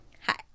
Hi